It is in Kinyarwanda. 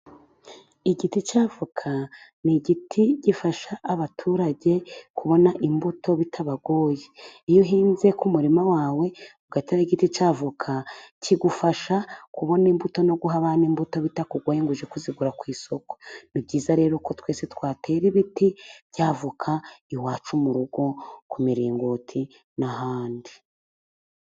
Igiti cy'avoka n'igiti gifasha abaturage kubona imbuto bitabagoye, iyo uhinze ku murima wawe ugateraho giti cy'avoka, kigufasha kubona imbuto no guha abana imbuto bitakugoye ngo ujye kuzigura ku isoko, ni byiza rero ko twese twatera ibiti by'avoka iwacu mu rugo, ku miringoti n'ahandi.